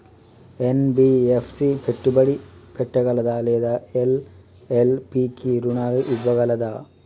NBFC పెట్టుబడి పెట్టగలదా లేదా ఎల్.ఎల్.పి కి రుణాలు ఇవ్వగలదా?